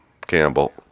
Campbell